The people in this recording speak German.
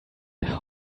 der